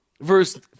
Verse